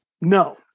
No